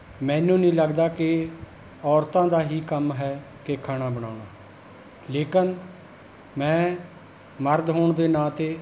ਮੈਨੂੰ ਨਹੀਂ ਲਗਦਾ ਕਿ ਔਰਤਾਂ ਦਾ ਹੀ ਕੰਮ ਹੈ ਕਿ ਖਾਣਾ ਬਣਾਉਣਾ ਲੇਕਿਨ ਮੈਂ ਮਰਦ ਹੋਣ ਦੇ ਨਾਤੇ